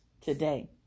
today